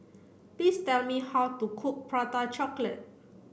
please tell me how to cook prata chocolate